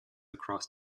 across